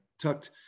tucked